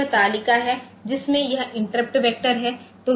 यह interrupt vector हैं